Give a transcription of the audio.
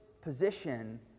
position